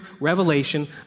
revelation